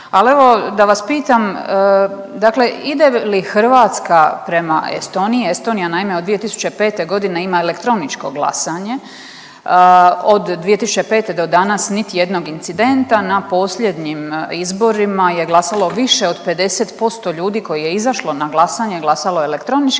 ali evo da vas pitam dakle ide li Hrvatska prema Estoniji. Estonija naime od 2005. godine ima elektroničko glasanje. Od 2005. do danas niti jednog incidenta. Na posljednjim izborima je glasalo više od 50% ljudi koje je izašlo na glasanje, glasalo elektronički.